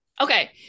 Okay